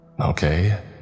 Okay